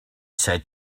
said